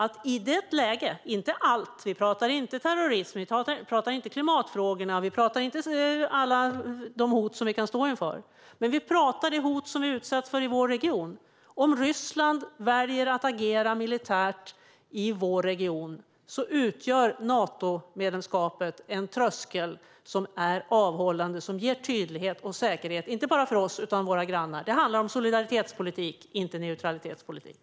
I vissa lägen, men inte alla - vi talar inte om terrorism, vi talar inte om klimatfrågor och vi talar inte om alla hot som vi kan stå inför, men vi talar om hot som vi kan utsättas för i vår region om Ryssland väljer att agera militärt i vår region - utgör Natomedlemskapet en tröskel som är avhållande och som ger tydlighet och säkerhet, inte bara för oss utan också för våra grannar. Det handlar om solidaritetspolitik och inte om neutralitetspolitik.